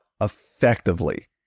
effectively